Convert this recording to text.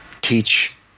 teach